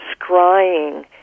scrying